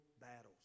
battles